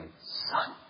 Son